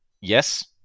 yes